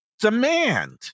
demand